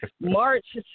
March